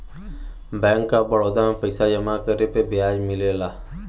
bank of Baroda में पइसा जमा करे पे ब्याज मिलला